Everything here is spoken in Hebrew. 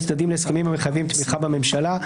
צדדים להסכמים המחייבים תמיכה בממשלה,